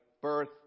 birth